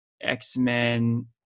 X-Men